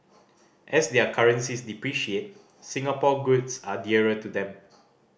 as their currencies depreciate Singapore goods are dearer to them